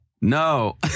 No